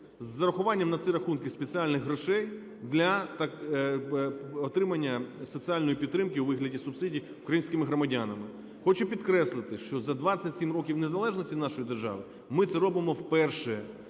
з зарахуванням на ці рахунки спеціальних грошей для отримання соціальної підтримки у вигляді субсидій українськими громадянами. Хочу підкреслити, що за 27 років незалежності нашої держави ми це робимо вперше.